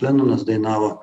lenonas dainavo